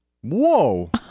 Whoa